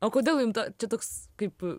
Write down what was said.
o kodėl jum ta čia toks kaip